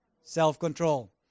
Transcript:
self-control